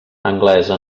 anglesa